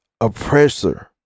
oppressor